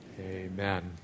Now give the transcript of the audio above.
Amen